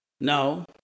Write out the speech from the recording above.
No